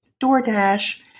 DoorDash